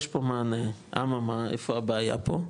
יש פה מענה, אממה, איפה הבעיה פה?